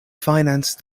financed